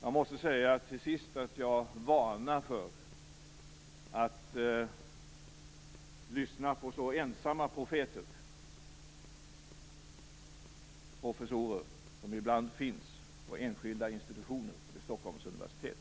Jag måste till sist säga att jag varnar för att lyssna på ensamma profeter, professorer, som ibland finns på enskilda institutioner vid Stockholms universitet.